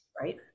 right